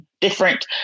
different